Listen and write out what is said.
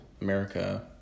America